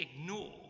ignore